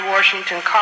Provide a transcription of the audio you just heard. Washington